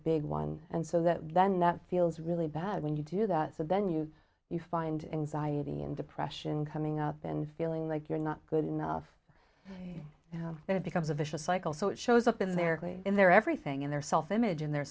big one and so that then that feels really bad when you do that so then you you find anxiety and depression coming up and feeling like you're not good enough and then it becomes a vicious cycle so it shows up in their glee in their everything in their self image and their